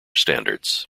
standards